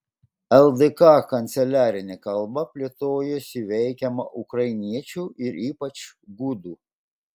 ldk kanceliarinė kalba plėtojosi veikiama ukrainiečių ir ypač gudų